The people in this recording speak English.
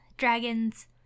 dragons